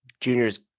junior's